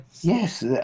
Yes